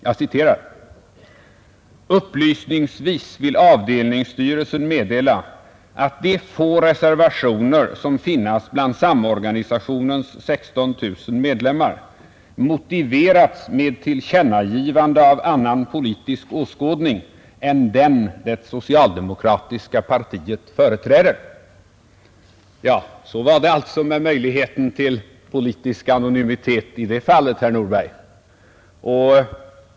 Jag citerar: ”Upplysningsvis vill avdelningsstyrelsen meddela att de få reservationer, som finnas bland samorganisationens 16 000 medlemmar motiverats med tillkännagivande av annan politisk åskådning än den det socialdemokratiska partiet företräder.” Ja, så var det alltså med möjligheten till politisk anonymitet i det fallet, herr Nordberg!